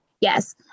Yes